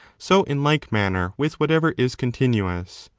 so in like manner with whatever is continuous.